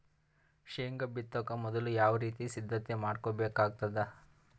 ಶೇಂಗಾ ಬಿತ್ತೊಕ ಮೊದಲು ಯಾವ ರೀತಿ ಸಿದ್ಧತೆ ಮಾಡ್ಬೇಕಾಗತದ?